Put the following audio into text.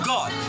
God